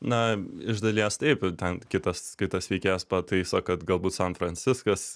na iš dalies taip ten kitas kitas veikėjas pataiso kad galbūt san franciskas